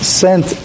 sent